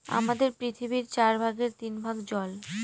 আমাদের পৃথিবীর চার ভাগের তিন ভাগ জল